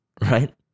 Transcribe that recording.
right